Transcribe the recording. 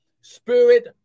spirit